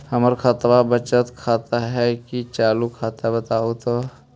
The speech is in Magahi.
हमर खतबा बचत खाता हइ कि चालु खाता, बताहु तो?